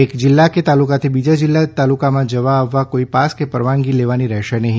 એક જીલ્લા કે તાલુકાથી બીજા જીલ્લા તાલુકામાં જવા આવવા કોઇ પાસ કે પરવાનગી લેવાની રહેશે નહી